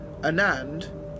Anand